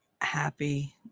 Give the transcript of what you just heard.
happy